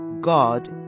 God